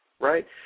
right